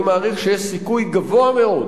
אני מעריך שיש סיכוי גבוה מאוד